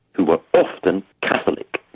who were often catholic.